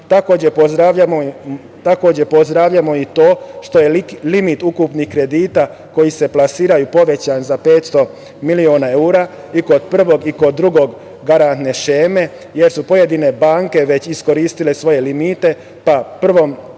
pozdravljamo i to što je limit ukupnih kredita, koji se plasiraju, povećan za 500 miliona evra i kod prve i kod druge garantne šeme, jer su pojedine banke već iskoristile svoje limite, pa po